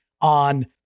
on